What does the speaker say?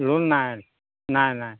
loan নাই নাই নাই